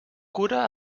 cura